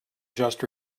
just